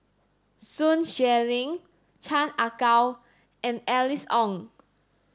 Sun Xueling Chan Ah Kow and Alice Ong